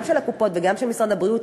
גם הקופות וגם משרד הבריאות,